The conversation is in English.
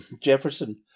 Jefferson